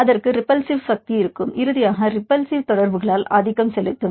அதற்கு ரிபல்ஸிவ் சக்தி இருக்கும் இறுதியாக அது ரிபல்ஸிவ் தொடர்புகளால் ஆதிக்கம் செலுத்தும்